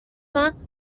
vingts